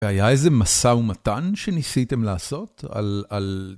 והיה איזה משא ומתן שניסיתם לעשות על...